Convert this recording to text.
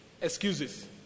excuses